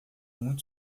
muito